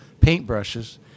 paintbrushes